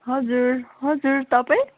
हजुर हजुर तपाईँ